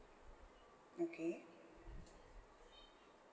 okay